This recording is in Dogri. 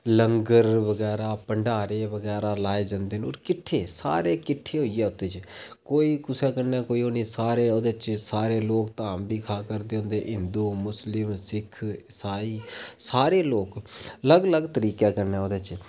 लंगर बगैरा भंडारे बगैरा लाए जंदे न होर किट्ठे सारे किट्ठे होइयै उत्त च कोई कुसै कन्नै कोई नेईं सारे ओह्दे च सारे लोक ओह् धाम बी खा करदे होंदे हिंदू मुसलिम सिख इसाई सारे लोक अलग अलग तरीके कन्नै ओह्दे च